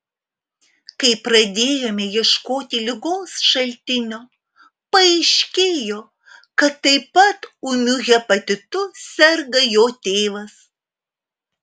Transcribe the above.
kai pradėjome ieškoti ligos šaltinio paaiškėjo kad taip pat ūmiu hepatitu serga jo tėvas